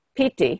PT